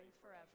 forever